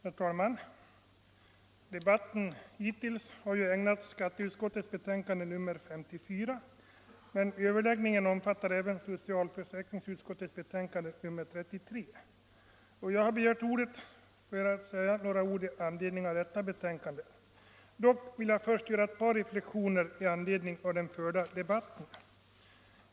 Herr talman! Debatten hittills har ägnats skatteutskottets betänkande nr 54, men överläggningen omfattar även socialförsäkringsutskottets betänkande nr 33. Jag har begärt ordet för att säga några ord med anledning av detta betänkande. Jag vill dock först göra ett par reflexioner med anledning av den förda debatten.